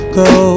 go